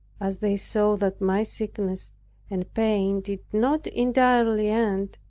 as they saw that my sickness and pain did not entirely end,